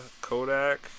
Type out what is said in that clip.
Kodak